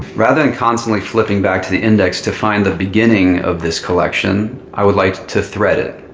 rather than constantly flipping back to the index to find the beginning of this collection, i would like to thread it.